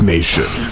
Nation